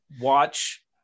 watch